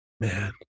Man